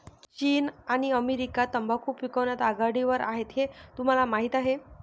चीन आणि अमेरिका तंबाखू पिकवण्यात आघाडीवर आहेत हे तुम्हाला माहीत आहे